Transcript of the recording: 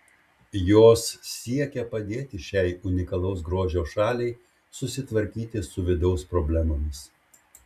jos siekia padėti šiai unikalaus grožio šaliai susitvarkyti su vidaus problemomis